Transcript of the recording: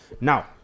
Now